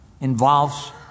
involves